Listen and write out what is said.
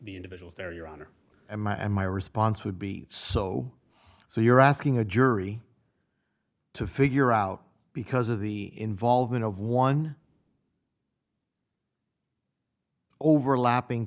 the individuals there your honor and my and my response would be so so you're asking a jury to figure out because of the involvement of one overlapping